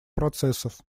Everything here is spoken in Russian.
процессов